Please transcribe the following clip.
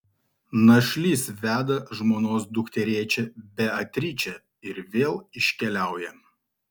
našlys veda žmonos dukterėčią beatričę ir vėl iškeliauja